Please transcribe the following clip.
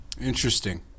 Interesting